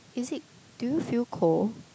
is it do you feel cold